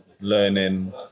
learning